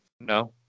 No